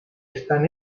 están